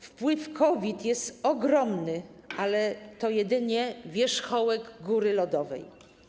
Wpływ COVID jest ogromny, ale to jedynie wierzchołek góry lodowej.